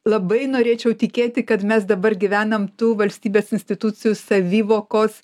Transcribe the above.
labai norėčiau tikėti kad mes dabar gyvenam tų valstybės institucijų savivokos